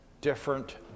different